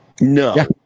No